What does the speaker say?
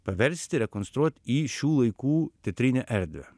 paversti rekonstruot į šių laikų teatrinę erdvę